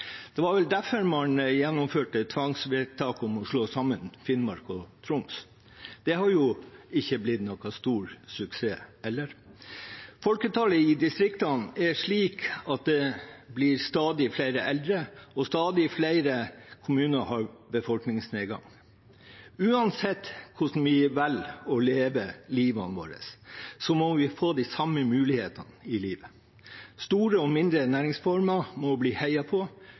Det var vel derfor man gjennomførte tvangsvedtak om å slå sammen Finnmark og Troms. Det har ikke blitt noen stor suksess – eller? Folketallet i distriktene er slik at det blir stadig flere eldre, og stadig flere kommuner har befolkningsnedgang. Uansett hvordan vi velger å leve livet vårt, må vi få de samme mulighetene i livet. Store og mindre næringsformer må bli heiet på.